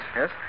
yes